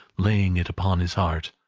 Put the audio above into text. laying it upon his heart,